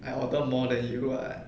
I order more than you [what]